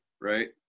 right